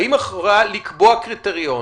האם את יכולה לקבוע קריטריון,